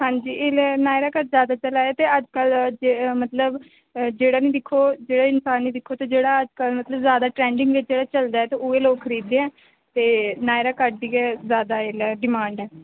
हां जी एल्लै नायरा कट ज्यादा चला दा ऐ ते अज्ज्कल मतलब जेह्ड़ा नि दिक्खो जेह्ड़ा इंसान नि दिक्खो ते जेह्ड़ा अज्जकल मतलब ज्यादा ट्रेंडिंग बिच्च चलदा ऐ ते उ'यै लोक खरीददे ऐ ते नायरा कट दी गै ज्यादा एल्लै डिमांड ऐ